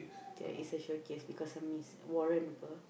there is a showcase because I mean he's warren apa